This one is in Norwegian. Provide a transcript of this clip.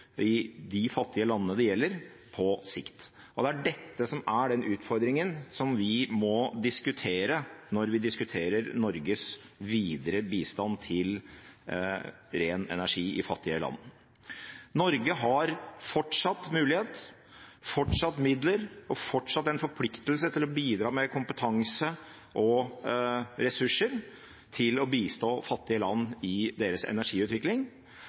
de fattige landene det gjelder, på sikt. Det er dette som er utfordringen som vi må diskutere når vi diskuterer Norges videre bistand til ren energi i fattige land. Norge har fortsatt mulighet, fortsatt midler og fortsatt en forpliktelse til å bidra med kompetanse og ressurser til å bistå fattige land i deres energiutvikling.